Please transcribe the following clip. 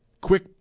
quick